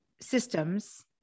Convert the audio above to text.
systems